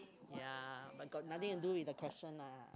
ya but got nothing to do with the question ah